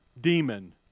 demon